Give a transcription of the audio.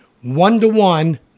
one-to-one